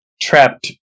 trapped